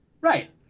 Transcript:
Right